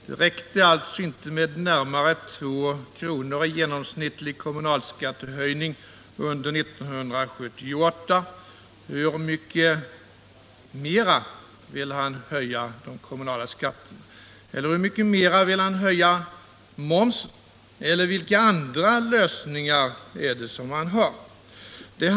Det räcker alltså inte med närmare två kronor i genomsnittlig kommunalskattehöjning under 1978. Hur mycket mer vill Arne Pettersson höja momsen, eller vilka andra lösningar vill han föreslå?